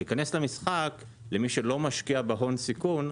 כניסה למשחק עבור מי שלא משקיע בהון סיכון,